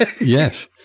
Yes